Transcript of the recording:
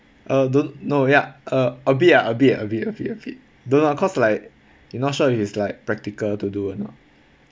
uh don't know ya uh a bit ah a bit a bit a bit a bit don't know lah cause like not sure if it's like practical to do or not